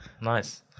Nice